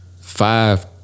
Five